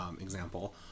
example